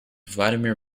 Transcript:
vladimir